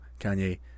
Kanye